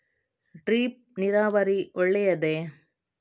Drip ನೀರಾವರಿ ಒಳ್ಳೆಯದೇ?